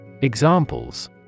Examples